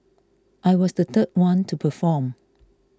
I was the third one to perform